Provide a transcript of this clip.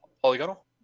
Polygonal